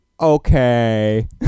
Okay